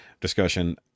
discussion